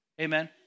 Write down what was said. Amen